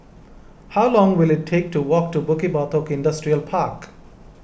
how long will it take to walk to Bukit Batok Industrial Park